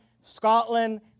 Scotland